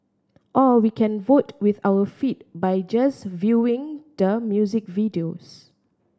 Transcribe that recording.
or we can vote with our feet by just viewing the music videos